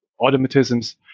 automatisms